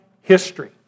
history